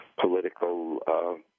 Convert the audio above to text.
political